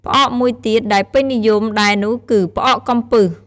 ផ្អកមួយទៀតដែលពេញនិយមដែរនោះគឺ ផ្អកកំពឹស។